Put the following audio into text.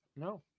No